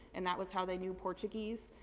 and that was how they knew portuguese.